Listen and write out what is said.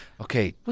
Okay